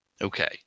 Okay